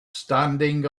standing